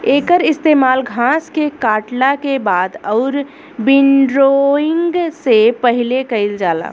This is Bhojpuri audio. एकर इस्तेमाल घास के काटला के बाद अउरी विंड्रोइंग से पहिले कईल जाला